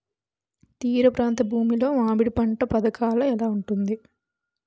తీర ప్రాంత భూమి లో మామిడి పంట పథకాల ఎలా ఉంటుంది?